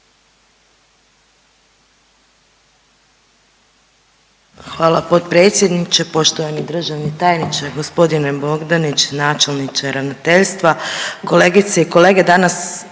Hvala potpredsjedniče. Poštovani državni tajniče, gospodine Bogdanić načelniče ravnateljstva, kolegice i kolege danas